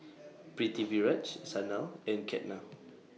Pritiviraj Sanal and Ketna